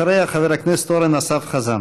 אחריה, חבר הכנסת אורן אסף חזן.